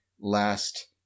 last